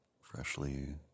freshly